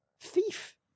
thief